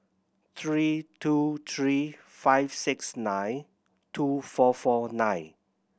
three two three five six nine two four four nine